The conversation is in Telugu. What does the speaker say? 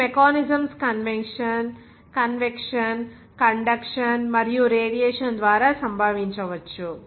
ఇది మెకానిజమ్స్ కన్వెక్షన్ కండక్షన్ మరియు రేడియేషన్ ద్వారా సంభవించవచ్చు